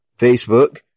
Facebook